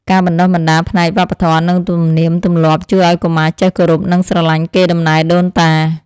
ការបណ្តុះបណ្តាលផ្នែកវប្បធម៌និងទំនៀមទម្លាប់ជួយឱ្យកុមារចេះគោរពនិងស្រឡាញ់កេរដំណែលដូនតា។